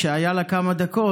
כשהיה לה כמה דקות,